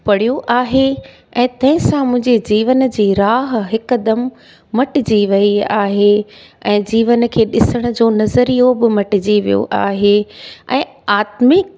पढ़ियो आहे ऐं तंहिंसां मुंहिंजे जीवन जी राह हिकदमि मटिजी वई आहे ऐं जीवन खे ॾिसण जो नज़रियो बि मटिजी वियो आहे ऐं आत्मिक